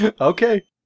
Okay